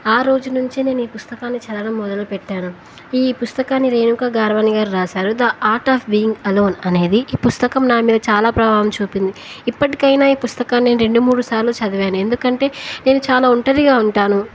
ఆ రోజు నుంచే నేను ఈ పుస్తకాన్ని చదవడం మొదలుపెట్టాను ఈ పుస్తకానన్ని రేణుక గావ్రాణి గారు రాశారు the art of being alone అనేది ఈ పుస్తకం నా మీద చాలా ప్రభావం చూపింది ఇప్పటికైనా ఈ పుస్తకాన్ని నేను రెండు మూడు సార్లు చదివాను ఎందుకంటే నేను చాలా ఒంటరిగా ఉంటాను